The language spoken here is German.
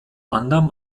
anderem